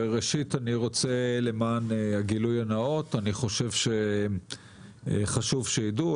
ראשית אני רוצה למען הגילוי הנאות, חשוב שידעו,